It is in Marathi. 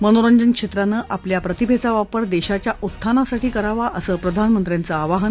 मनोरंजन क्षेत्रानं आपल्या प्रतिभेचा वापर देशाच्या उत्थानासाठी करावा असं प्रधानमंत्र्यांचं आवाहन